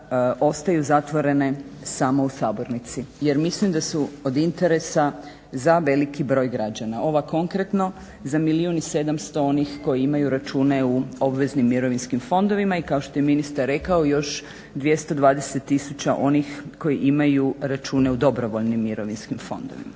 ostaju zatvorene samo u sabornici. Jer mislim da su od interesa za veliki broj građana. Ova konkretno za milijun i 700 onih koji imaju račune u obveznim mirovinskim fondovima i kao što je ministar rekao još 220 tisuća onih koji imaju račune u dobrovoljnim mirovinskim fondovima.